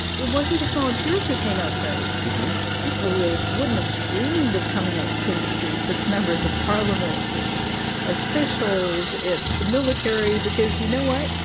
it wasn't just volunteers who came out though. it's people who wouldn't have dreamed of coming out to clean the streets. it's members of parliament. it's officials. it's the military because you know what?